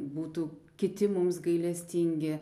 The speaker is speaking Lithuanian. būtų kiti mums gailestingi